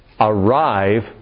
arrive